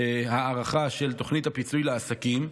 הארכה של תוכנית הפיצוי לעסקים.